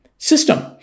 system